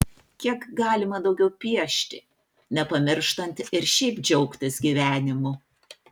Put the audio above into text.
kiek galima daugiau piešti nepamirštant ir šiaip džiaugtis gyvenimu